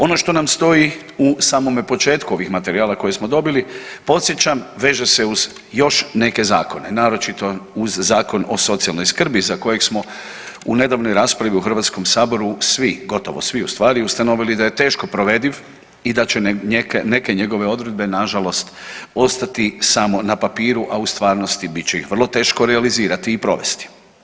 Ono što nam stoji u samome početku ovih materijala koje smo dobili podsjećam veže se uz još neke zakone naročito uz Zakon o socijalnoj skrbi za kojeg smo u nedavnoj raspravi u Hrvatskom saboru svi, gotovo svi u stvari ustanovili da je teško provediv i da će neke njegove odredbe na žalost ostati samo na papiru, a u stvarnosti bit će ih vrlo teško realizirati i provesti.